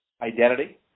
identity